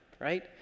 right